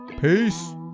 Peace